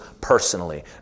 personally